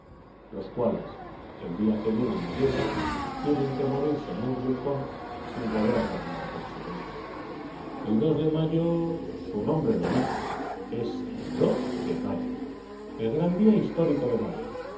los cuales el día que vienen a tierra tienen que morirse en un rincón sin poder hacer nada por sí mismos el de mayo su nombre lo dice es el dos de mayo el gran día histórico de madrid